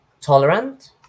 tolerant